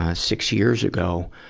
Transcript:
ah six years ago,